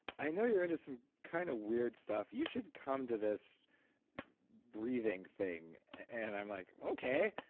i know you're into some kind of weird stuff, you should come to this breathing thing. and i'm like, okay.